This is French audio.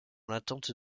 l’attente